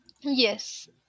Yes